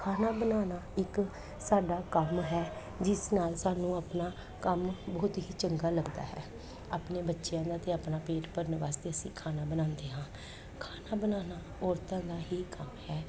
ਖਾਣਾ ਬਣਾਉਣਾ ਇੱਕ ਸਾਡਾ ਕੰਮ ਹੈ ਜਿਸ ਨਾਲ ਸਾਨੂੰ ਆਪਣਾ ਕੰਮ ਬਹੁਤ ਹੀ ਚੰਗਾ ਲੱਗਦਾ ਹੈ ਆਪਣੇ ਬੱਚਿਆਂ ਦਾ ਅਤੇ ਆਪਣਾ ਪੇਟ ਭਰਨ ਵਾਸਤੇ ਅਸੀਂ ਖਾਣਾ ਬਣਾਉਂਦੇ ਹਾਂ ਖਾਣਾ ਬਣਾਉਣਾ ਔਰਤਾਂ ਦਾ ਹੀ ਕੰਮ ਹੈ